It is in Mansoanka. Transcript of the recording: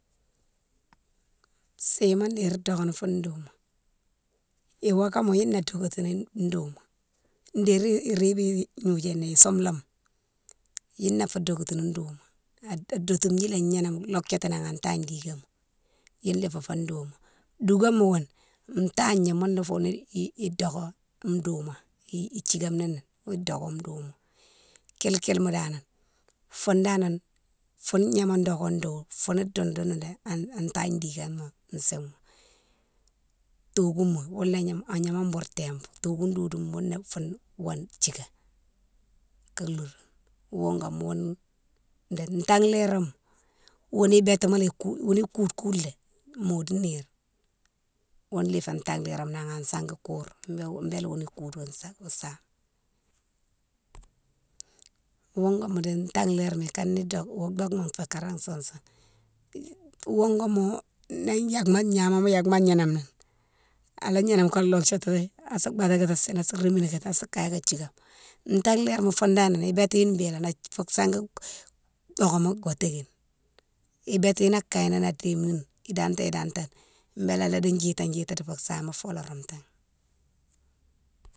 Sima déri doké fou douma, iwakama younné adokétoun douma, déri iribé gnodiama soumlama, younné afé dokétoun fou douma, a dotidji a gnéname lodjatini an tagni dikama younné fé fou douma. Dougama ghounne tagna mounné fé doké douma; ithigame ni né fou doké douma. Kile kile ma dane foune dane na, foune gnama doké ndou, foune dounoudounou lé an tagna dikama sighe ma. Tocouma ghounné agnama bou tempo, tocoume dodoma younné foune thiké ka loroume. wouguéma younne, tinlérama ghounne bétima lé koude, woni koude koude lé modi nire, ghounné fé tinlérama naha a sangui koure bélé younne koude wo sangui sama. wougoma di tanlérama ikane doké, wo dokéma fé kara sousoune, wougoma ni yakma gnamé yakma agnénan ni ala gnéname ka lodjitiki asou baté sini asa rémini sa kagne thiguéme. Tanlérama founne dane ibétihi béne fou sangui dokéma wo tékine, ibéti younne a kayi ni a déhéni, i danténe, idanténe bélé ala djita djita di fou sama fo ala roumtini.